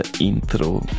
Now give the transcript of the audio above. Intro